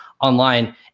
online